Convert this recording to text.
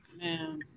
Man